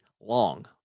long